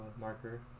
marker